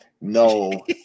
No